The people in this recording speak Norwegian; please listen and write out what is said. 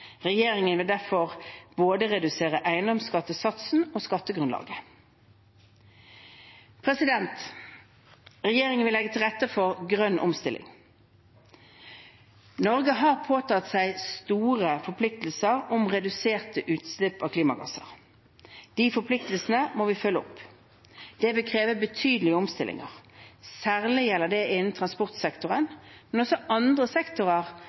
Regjeringen vil derfor redusere både eiendomsskattesatsen og skattegrunnlaget. Regjeringen vil legge til rette for grønn omstilling. Norge har påtatt seg store forpliktelser om reduserte utslipp av klimagasser. De forpliktelsene må vi følge opp. Det vil kreve betydelige omstillinger. Særlig gjelder det innen transportsektoren, men også andre sektorer